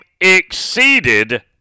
exceeded